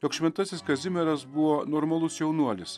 jog šventasis kazimieras buvo normalus jaunuolis